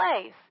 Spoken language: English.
place